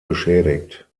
beschädigt